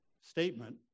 statement